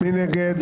מי נגד?